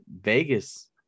Vegas